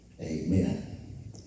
Amen